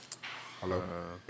Hello